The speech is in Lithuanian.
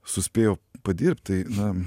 suspėjau padirbt tai na